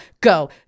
go